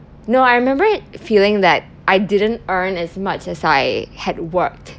no I remember feeling that I didn't earn as much as I had worked